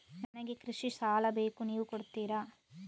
ನನಗೆ ಕೃಷಿ ಸಾಲ ಬೇಕು ನೀವು ಕೊಡ್ತೀರಾ?